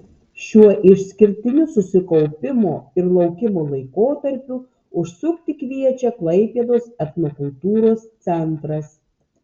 šiuo išskirtiniu susikaupimo ir laukimo laikotarpiu užsukti kviečia klaipėdos etnokultūros centras